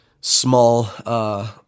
small